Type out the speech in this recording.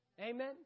amen